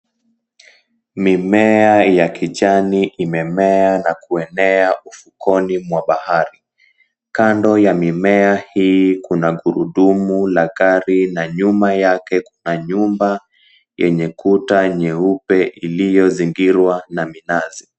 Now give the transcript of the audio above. Mimea ya kijani imemea na kuenea fukweni wa bahari kando ya mimea hii kuna gurudumu la gari na nyuma yake kuna nyumba yenye kuta nyeupe iliyozingirwa na minazi.